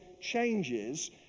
changes